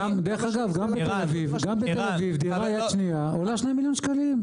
גם בתל אביב דירה יד שנייה עולה 2 מיליון שקלים.